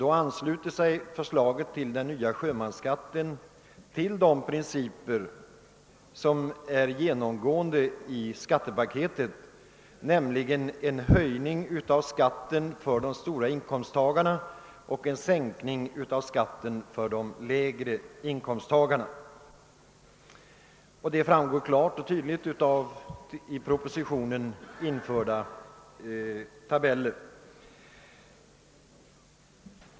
Förslaget till ändringar i reglerna om sjömansskatt ansluter sig till de principer som är genomgående i skattepaketet, nämligen en höjning av skatten för de stora inkomsttagarna och en sänkning av skatten för de små inkomsttagarna — det framgår klart och tydligt av i propositionen införda tabeller.